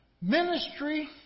Ministry